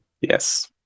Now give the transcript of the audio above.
yes